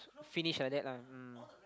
finish like that lah mm